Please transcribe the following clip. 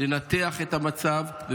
לנתח את המצב,